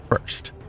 first